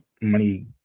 money